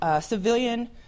civilian